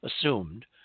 assumed